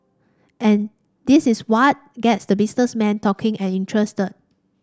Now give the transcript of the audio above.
and this is what gets the businessman talking and interested